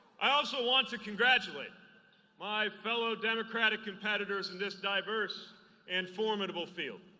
i also want to congratulate my fellow democratic competitors in this diverse and formidable field.